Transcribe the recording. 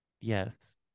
Yes